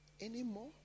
anymore